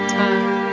time